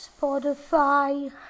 Spotify